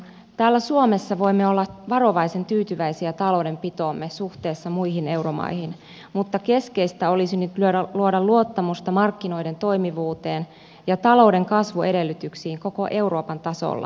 täällä suomessa voimme olla varovaisen tyytyväisiä taloudenpitoomme suhteessa muihin euromaihin mutta keskeistä olisi nyt luoda luottamusta markkinoiden toimivuuteen ja talouden kasvuedellytyksiin koko euroopan tasolla